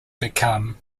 become